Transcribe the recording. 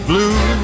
Blue